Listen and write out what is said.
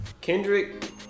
Kendrick